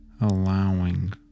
Allowing